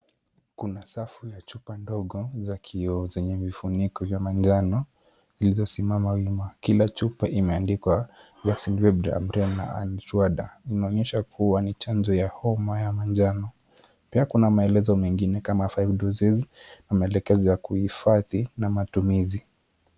Kuna safu ya chupa ndogo za kioo zenye vifuniko za manjano zilizosimama wima. Kila chupa imeandikwa iaonyesha kuwa ni chanjo ya manjano. Pia kuna maelezo mengije kama 5 doses na maelekezo ya kuihifadhi na matumizi.